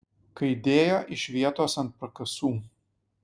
kai dėjo iš vietos ant prakasų